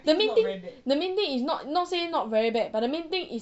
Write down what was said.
the main thing the main thing is not not say not very bad but the main thing is